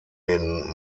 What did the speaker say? den